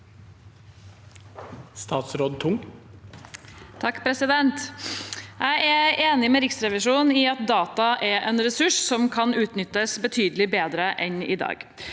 Statsråd Karianne O. Tung Jeg er enig med Riksrevisjonen i at data er en ressurs som kan utnyttes betydelig bedre enn i dag.